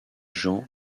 gens